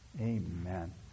Amen